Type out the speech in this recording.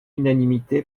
unanimité